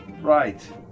Right